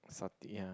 suck ya